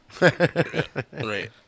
Right